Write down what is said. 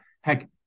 heck